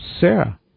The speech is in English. Sarah